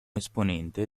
esponente